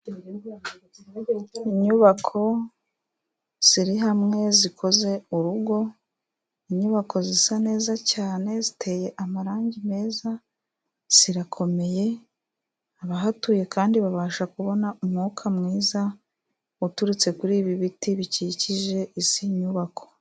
Inyubako ziri hamwe zikoze urugo, inyubako zisa neza cyane, ziteye amarangi meza, zirakomeye, abahatuye kandi babasha kubona umwuka mwiza, uturutse kuri ibi biti bikikije izi nyubako.